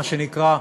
מה שנקרא,